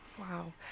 Wow